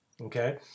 Okay